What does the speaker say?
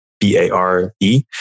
B-A-R-E